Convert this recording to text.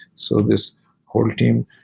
so this whole team,